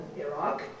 Iraq